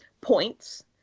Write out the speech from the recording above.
points